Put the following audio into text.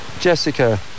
Jessica